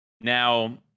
now